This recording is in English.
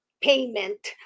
payment